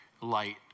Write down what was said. light